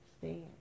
stand